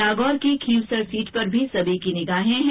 नागौर की खींवसर सीट पर सब की निगाहे है